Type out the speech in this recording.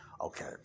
okay